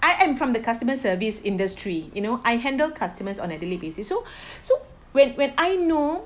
I am from the customer service industry you know I handle customers on a daily basis so so when when I know